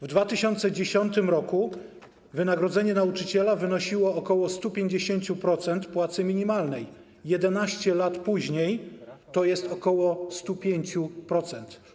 W 2010 r. wynagrodzenie nauczyciela wynosiło ok. 150% płacy minimalnej, 11 lat później to jest ok. 105%.